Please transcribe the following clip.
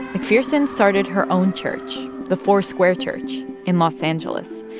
mcpherson started her own church the foursquare church in los angeles.